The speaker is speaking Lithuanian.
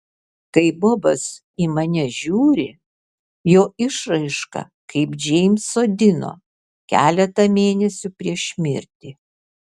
kai bobas į mane žiūri jo išraiška kaip džeimso dino keletą mėnesių prieš mirtį